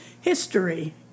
History